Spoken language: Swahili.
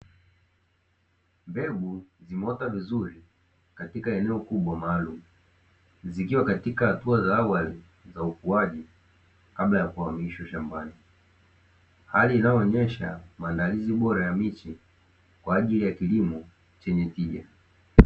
Mbegu zimeota vizuri katika eneo kubwa maalumu, zikiwa katika hatua za awali za ukuaji Kabla ya kuhamishiwa shambani, hali inayoonyesha maandalizi bora ya miche kwa njia ya kilimo chenye tija.